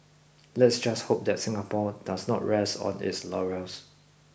let's just hope that Singapore does not rest on its laurels